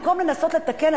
במקום לנסות לתקן,